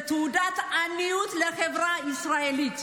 זו תעודת עניות לחברה הישראלית.